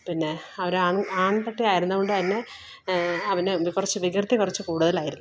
പിന്നെ അവര് ആണ് ആണ് പട്ടി ആയിരുന്നത് കൊണ്ട് തന്നെ അവന് എന്ത് കുറച്ച് വികൃതി കുറച്ച് കൂടുതലായിരുന്നു